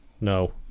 no